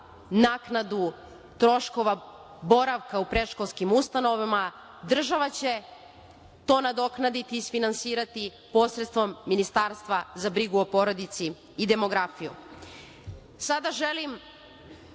naknadu troškova boravka u predškolskim ustanovama država će to nadoknaditi i isfinansirati posredstvom Ministarstva za brigu o porodici i demografiju. Sada želim